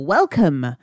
Welcome